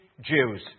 Jews